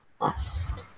lost